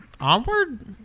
Onward